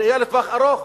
בראייה לטווח ארוך,